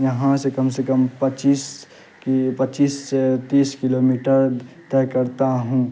یہاں سے کم سے کم پچیس کی پچیس سے تیس کلو میٹر طے کرتا ہوں